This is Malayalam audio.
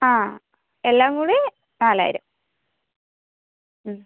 ആ എല്ലാം കൂടി നാലായിരം മ്